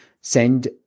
send